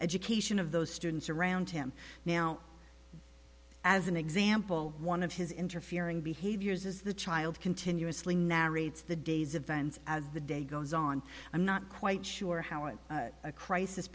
education of those students around him now as an example one of his interfering behaviors is the child continuously narrates the day's events as the day goes on i'm not quite sure how it a crisis